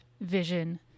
vision